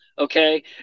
Okay